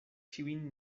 ĉiujn